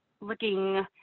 looking